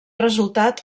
resultat